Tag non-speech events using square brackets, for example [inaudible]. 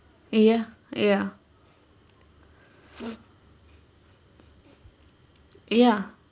ya ya [breath] ya